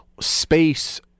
space